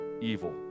evil